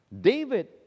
David